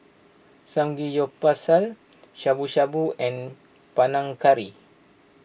Samgeyopsal Shabu Shabu and Panang Curry